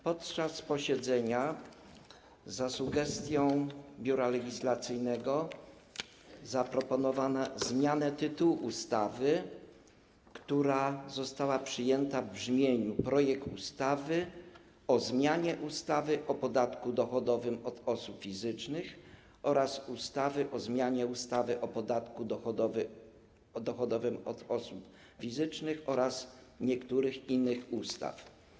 Podczas posiedzenia za sugestią Biura Legislacyjnego zaproponowano zmianę tytułu ustawy, która została przyjęta w brzmieniu: projekt ustawy o zmianie ustawy o podatku dochodowym od osób fizycznych oraz ustawy o zmianie ustawy o podatku dochodowym od osób fizycznych oraz niektórych innych ustaw.